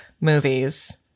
movies